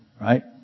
right